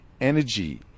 energy